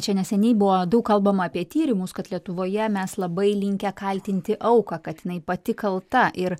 čia neseniai buvo daug kalbama apie tyrimus kad lietuvoje mes labai linkę kaltinti auką kad jinai pati kalta ir